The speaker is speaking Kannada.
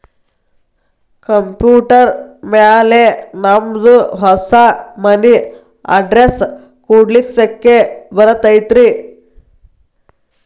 ಕಂಪ್ಯೂಟರ್ ಮ್ಯಾಲೆ ನಮ್ದು ಹೊಸಾ ಮನಿ ಅಡ್ರೆಸ್ ಕುಡ್ಸ್ಲಿಕ್ಕೆ ಬರತೈತ್ರಿ?